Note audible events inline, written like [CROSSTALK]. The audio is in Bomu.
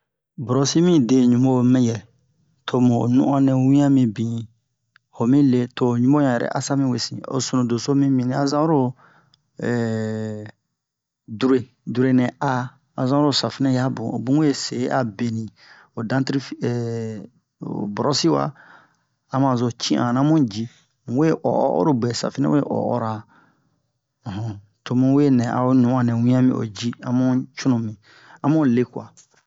Brosi mi de ɲubo ma yɛ to mu no'on nɛ wian mibini ho mi le to ho ɲubo yan yɛrɛ asa mi wesi o sunuzo doso mibini a zan oro [HESITATION] dure dure nɛ a a zan oro safinɛ asa yabun ho bun we se a beni ho dantrifi [HESITATION] ho brosi wa a ma zo ci'ana mu ji mu we o'o oro bwɛ safinɛ we o'ora um to mu we nɛ a'o no'on nɛ wian mi o ji a mu cunu a mu le kwa